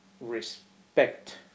respect